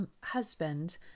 husband